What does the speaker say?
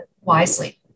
wisely